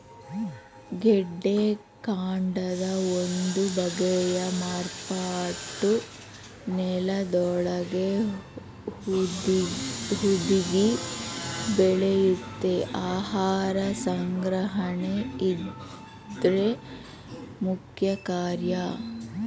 ಗೆಡ್ಡೆಕಾಂಡದ ಒಂದು ಬಗೆಯ ಮಾರ್ಪಾಟು ನೆಲದೊಳಗೇ ಹುದುಗಿ ಬೆಳೆಯುತ್ತೆ ಆಹಾರ ಸಂಗ್ರಹಣೆ ಇದ್ರ ಮುಖ್ಯಕಾರ್ಯ